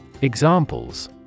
Examples